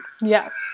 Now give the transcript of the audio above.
Yes